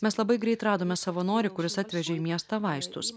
mes labai greit radome savanorį kuris atvežė į miestą vaistus